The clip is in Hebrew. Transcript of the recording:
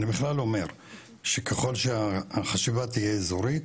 אני בכלל אומר שככל שהחשיבה תהייה אזורית,